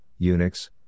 Unix